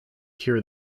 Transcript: cure